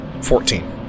Fourteen